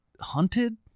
Hunted